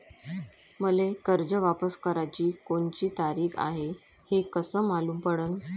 मले कर्ज वापस कराची कोनची तारीख हाय हे कस मालूम पडनं?